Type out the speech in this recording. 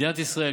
מדינת ישראל,